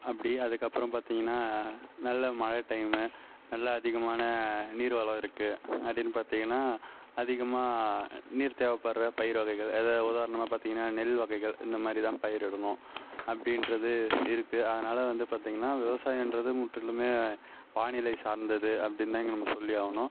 அப்படி அதுக்கு அப்புறம் பார்த்தீங்கன்னா நல்ல மழை டைம் நல்லா அதிகமான நீர் வளம் இருக்குது அப்படின்னு பார்த்தீங்கன்னா அதிகமாக நீர் தேவைப்படுகிற பயிர் வகைகள் ஏதாவது உதாரணமாக பார்த்தீங்கன்னா நெல் வகைகள் இந்த மாதிரி தான் பயிரிடணும் அப்படிங்றது இருக்குது அதனால் வந்து பார்த்தீங்கன்னா விவசாயம் என்றது முற்றிலுமே வானிலை சார்ந்தது அப்படின்னு தான் நம்ம சொல்லி ஆகணும்